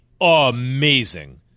amazing